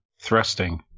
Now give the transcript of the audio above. Thrusting